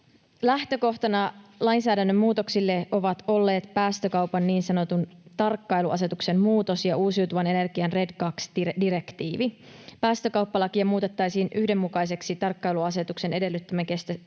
Lähtökohtana lainsäädännön muutoksille ovat olleet päästökaupan niin sanotun tarkkailuasetuksen muutos ja uusiutuvan energian RED II ‑direktiivi. Päästökauppalakia muutettaisiin yhdenmukaiseksi tarkkailuasetuksen edellyttämän